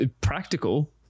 practical